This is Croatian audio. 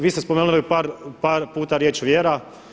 Vi ste spomenuli par puta riječ vjera.